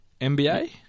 NBA